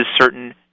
certain